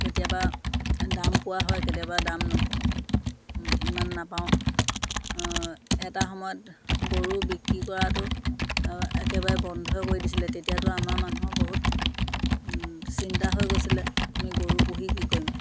কেতিয়াবা দাম পোৱা হয় কেতিয়াবা দাম ইমান নাপাওঁ এটা সময়ত গৰু বিক্ৰী কৰাটো একেবাৰে বন্ধই কৰি দিছিলে তেতিয়াতো আমাৰ মানুহৰ বহুত চিন্তা হৈ গৈছিলে আমি গৰু পুহি কি কৰিম